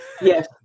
Yes